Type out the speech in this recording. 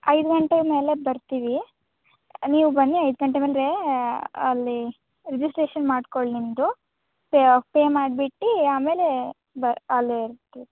ಐದು ಗಂಟೆ ಮೇಲೆ ಬರ್ತೀವಿ ನೀವು ಬನ್ನಿ ಐದು ಗಂಟೆ ಮೇಲೆ ಅಲ್ಲಿ ರಿಜಿಸ್ಟ್ರೇಷನ್ ಮಾಡಿಕೊಳ್ಳಿ ನಿಮ್ಮದು ಪೆ ಪೆ ಮಾಡಿಬಿಟ್ಟು ಆಮೇಲೆ ಅಲ್ಲಿರ್ತೀವಿ